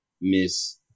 Miss